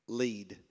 lead